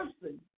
person